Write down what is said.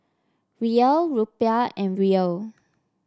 Riel Rupiah and Riel